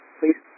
please